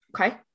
Okay